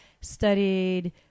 studied